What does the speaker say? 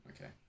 Okay